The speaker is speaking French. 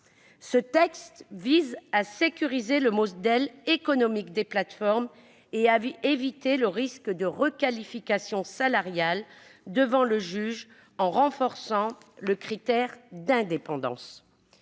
Ce texte vise à sécuriser le modèle économique des plateformes et à éviter le risque de requalification salariale devant le juge, en renforçant le critère d'indépendance.